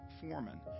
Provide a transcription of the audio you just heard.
foreman